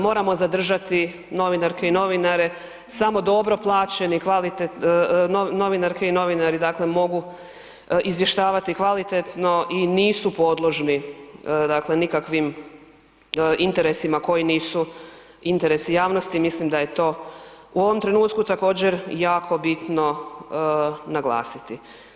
Moramo zadržati novinarkei novinare, samo dobro plaćeni i kvalitetni novinarke i novinari dakle mogu izvještavati kvalitetno i nisu podložni dakle nikakvim interesima javnosti, mislim da je to u ovom trenutku također jako bitno naglasiti.